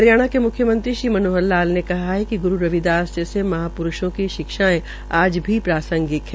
हरियाणा के म्ख्यमंत्री श्री मनोहर लाल ने कहा कि ग्रु रविदास जैसे महाप्रुर्षों की शिक्षाएं आज भी प्रासंगिक हैं